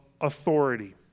authority